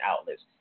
outlets